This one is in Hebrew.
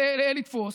לתפוס.